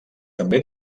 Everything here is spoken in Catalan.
també